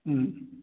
ꯎꯝ